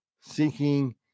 seeking